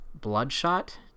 bloodshot